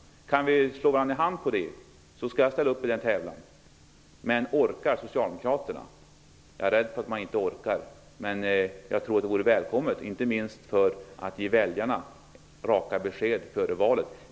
Kan vi ta varandra i hand på det så skall jag ställa upp i den tävlingen. Men orkar Socialdemokraterna? Jag är rädd för att de inte gör det. Men det vore välkommet, inte minst för att ge väljarna raka besked före valet.